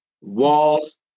walls